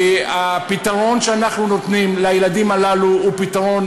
הפתרון שאנחנו נותנים לילדים הללו הוא פתרון,